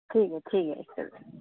ठीक ऐ ठीक ऐ